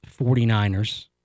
49ers